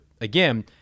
again